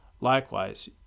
Likewise